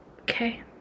Okay